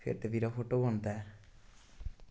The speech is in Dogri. फिर ते बीरा फोटो औंदा ऐ